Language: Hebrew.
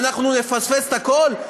שאנחנו נפספס את הכול?